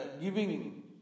giving